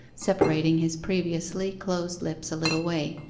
separating his previously closed lips a little way,